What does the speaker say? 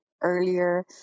earlier